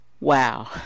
Wow